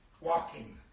walking